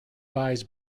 buys